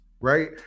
right